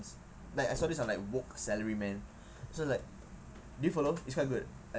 like I saw this on like woke salary man so like do you follow it's quite good